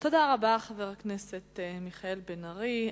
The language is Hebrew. תודה רבה, חבר הכנסת מיכאל בן-ארי.